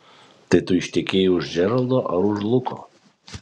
tai tu ištekėjai už džeraldo ar už luko